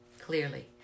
Clearly